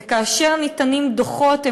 וכאשר ניתנים דוחות,